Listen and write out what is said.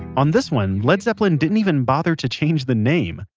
on this one, led zeppelin didn't even bother to change the name,